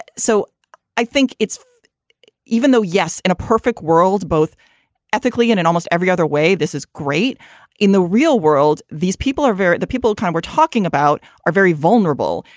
so i think it's even though, yes, in a perfect world, both ethically and in almost every other way, this is great in the real world. these people are very the people time we're talking about are very vulnerable.